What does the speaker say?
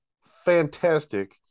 fantastic